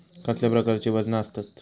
कसल्या प्रकारची वजना आसतत?